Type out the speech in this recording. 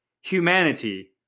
Humanity